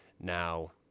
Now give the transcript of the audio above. Now